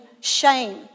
shame